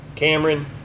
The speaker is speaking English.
Cameron